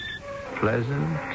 pleasant